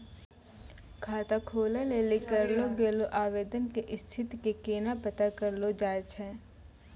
खाता खोलै लेली करलो गेलो आवेदन के स्थिति के केना पता करलो जाय छै?